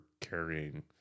carrying